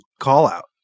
call-out